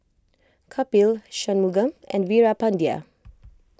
Kapil Shunmugam and Veerapandiya